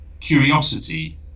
curiosity